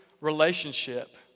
relationship